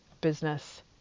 business